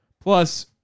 Plus